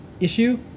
issue